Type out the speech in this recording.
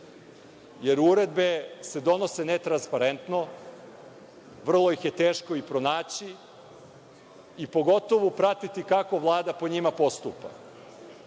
jer uredbe se donose netransparentno, vrlo ih je teško i pronaći i pogotovo pratiti kako Vlada po njima postupa,